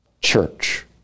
church